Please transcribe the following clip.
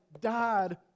died